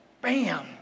bam